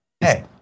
Hey